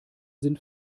sind